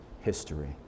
history